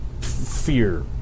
fear